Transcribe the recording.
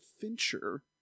Fincher